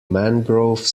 mangrove